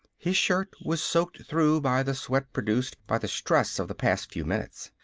his shirt was soaked through by the sweat produced by the stress of the past few minutes.